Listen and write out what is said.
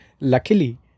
luckily